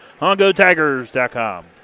HongoTigers.com